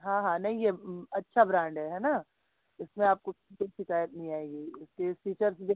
हाँ हाँ नहीं यह अच्छा ब्रांड है है ना इसमें आपको कोई शिकायत नहीं आएगी इसके फ़ीचर्स देख